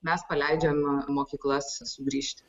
mes paleidžiam mokyklas sugrįžti